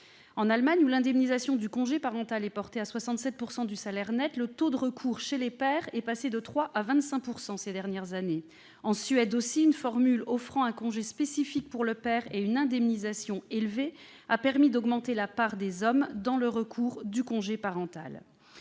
En Allemagne, où l'indemnisation du congé parental est portée à 67 % du salaire net, le taux de recours, pour les pères, est passé de 3 % à 25 % ces dernières années. En Suède aussi, une formule offrant un congé spécifique pour le père et une indemnisation élevée a permis d'augmenter la part des hommes dans le recours au congé parental.